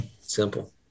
simple